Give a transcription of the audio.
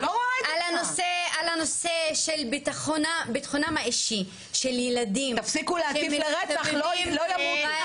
על נושא של ביטחונם האישי של ילדים-- תפסיקו להטיף לרצח לא ימותו.